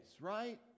right